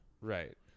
Right